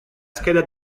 scheda